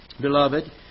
Beloved